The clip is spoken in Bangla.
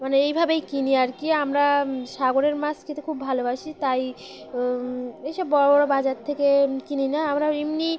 মানে এই ভাবেই কিনি আর কী আমরা সাগরের মাছ খেতে খুব ভালোবাসি তাই এই সব বড় বড় বাজার থেকে কিনি না আমরা এমনি